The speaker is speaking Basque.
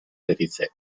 deritze